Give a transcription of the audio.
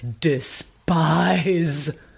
despise